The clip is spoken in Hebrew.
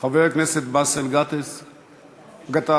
חבר הכנסת באסל גטאס, איננו,